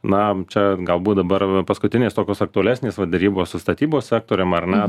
na čia galbūt dabar paskutinės tokios aktualesnės va derybos su statybos sektorium ar ne